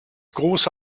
große